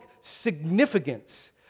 significance